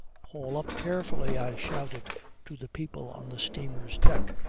haul up carefully, i shouted to the people on the steamer's deck.